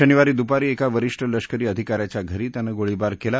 शनिवारी दूपारी एका वरिष्ठ लष्करी अधिकाऱ्याच्या घरी त्यानणिळीबार कल्ला